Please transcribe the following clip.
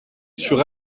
sur